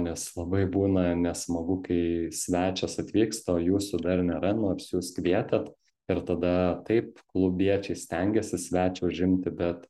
nes labai būna nesmagu kai svečias atvyksta o jūsų dar nėra nors jūs kvietėt ir tada taip klubiečiai stengiasi svečią užimti bet